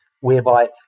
whereby